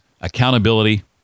accountability